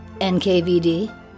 NKVD